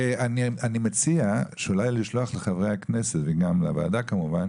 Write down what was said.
אני מציע אולי לשלוח לחברי הכנסת וגם לוועדה כמובן